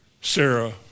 Sarah